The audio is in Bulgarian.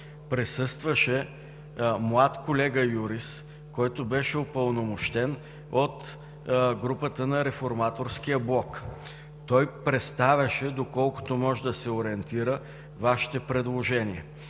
присъстваше млад колега юрист, който беше упълномощен от групата на Реформаторския блок. Той представяше, доколкото може да се ориентира, Вашите предложения.